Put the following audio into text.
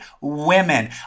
women